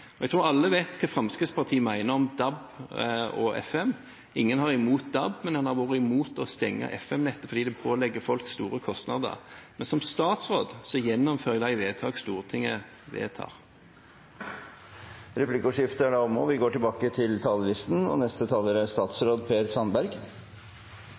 liker. Jeg tror alle vet hva Fremskrittspartiet mener om DAB og FM. Ingen har imot DAB, men en har vært imot å stenge FM-nettet fordi det pålegger folk store kostnader. Men som statsråd gjennomfører jeg de vedtak Stortinget gjør. Replikkordskiftet er omme. Først vil jeg få lov til å si at jeg føler meg litt uskyldig trukket inn i DAB-debatten. Det er